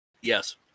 Yes